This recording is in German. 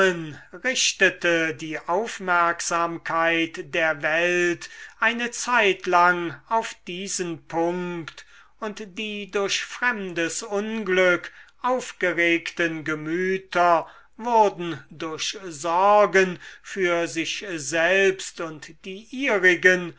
richtete die aufmerksamkeit der welt eine zeitlang auf diesen punkt und die durch fremdes unglück aufgeregten gemüter wurden durch sorgen für sich selbst und die